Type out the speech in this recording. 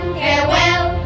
farewell